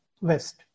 West